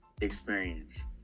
experience